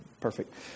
Perfect